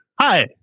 Hi